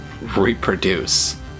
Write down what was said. reproduce